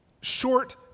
short